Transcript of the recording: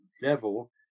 devil